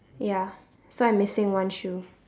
ya so I'm missing one shoe